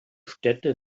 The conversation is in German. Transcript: städte